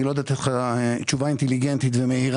אני לא יודע לתת לך תשובה אינטליגנטית ומהירה.